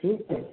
ठीक है